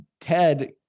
ted